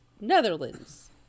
Netherlands